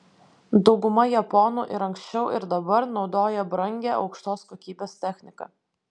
dauguma japonų ir anksčiau ir dabar naudoja brangią aukštos kokybės techniką